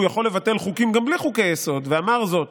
יכול לבטל חוקים גם בלי חוקי-יסוד ואמר זאת